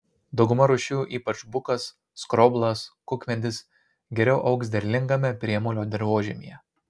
dauguma rūšių ypač bukas skroblas kukmedis geriau augs derlingame priemolio dirvožemyje